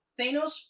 Thanos